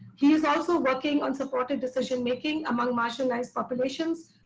he is also working on supporting decision-making among marginalized populations,